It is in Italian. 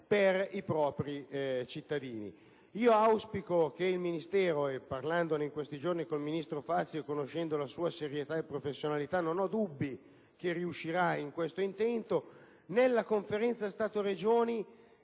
per i propri cittadini. Parlandone in questi giorni con il ministro Fazio e conoscendo la sua serietà e professionalità, non ho dubbi che riuscirà in questo intento. Nella Conferenza Stato-Regioni,